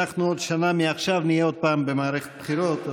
אנחנו עוד שנה מעכשיו נהיה עוד פעם במערכת בחירות,